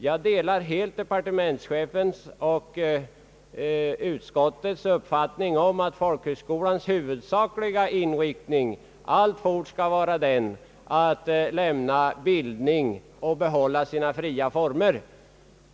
Jag delar departementschefens och utskottsmajoritetens uppfattning «att folkhögskolans huvudsakliga inriktning alltjämt skall vara att lämna bildning och behålla sina fria former.